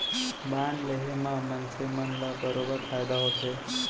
bond लेहे म मनसे मन ल बरोबर फायदा होथे